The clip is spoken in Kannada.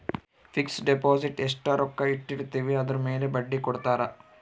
ಫಿಕ್ಸ್ ಡಿಪೊಸಿಟ್ ಎಸ್ಟ ರೊಕ್ಕ ಇಟ್ಟಿರ್ತಿವಿ ಅದುರ್ ಮೇಲೆ ಬಡ್ಡಿ ಕೊಡತಾರ